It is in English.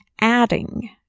adding